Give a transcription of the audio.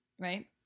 Right